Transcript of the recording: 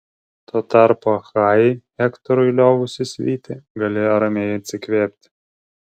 tuo tarpu achajai hektorui liovusis vyti galėjo ramiai atsikvėpti